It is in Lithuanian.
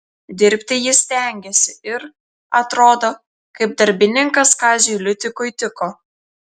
dirbti jis stengėsi ir atrodo kaip darbininkas kaziui liutikui tiko